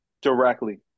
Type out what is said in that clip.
Directly